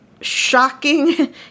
shocking